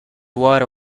water